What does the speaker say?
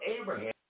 Abraham